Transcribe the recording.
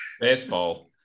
Baseball